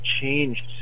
changed